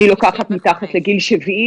אני מפנה את תשומת ליבכם לאור הדיבורים המאוד